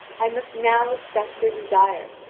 i must now respect your desire,